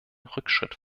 rückschritt